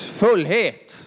fullhet